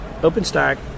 OpenStack